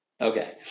Okay